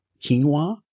quinoa